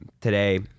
today